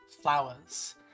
flowers